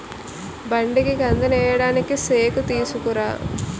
బండికి కందినేయడానికి సేకుతీసుకురా